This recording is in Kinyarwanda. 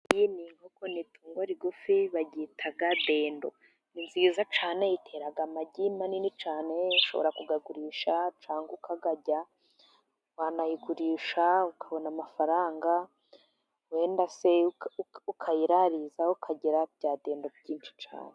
Itungo rigufi bayita dendo, ni nziza cyane itera amagi manini cyane, ushobora kuyagurisha cyangwa ukayarya, wanayigurisha ukabona amafaranga, wenda ukayirariza ukagira bya dendo byinshi cyane.